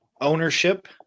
ownership